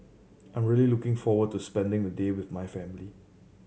I'm really looking forward to spending the day with my family